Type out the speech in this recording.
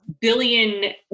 billion